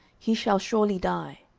he shall surely die.